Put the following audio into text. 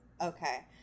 Okay